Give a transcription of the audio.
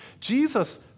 Jesus